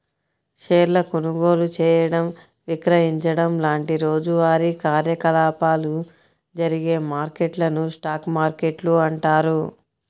షేర్ల కొనుగోలు చేయడం, విక్రయించడం లాంటి రోజువారీ కార్యకలాపాలు జరిగే మార్కెట్లను స్టాక్ మార్కెట్లు అంటారు